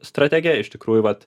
strategija iš tikrųjų vat